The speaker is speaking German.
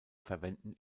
verwenden